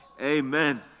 Amen